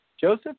Joseph